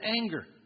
anger